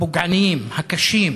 הפוגעניים, הקשים.